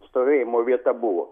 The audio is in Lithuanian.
stovėjimo vieta buvo